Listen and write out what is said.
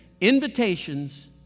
invitations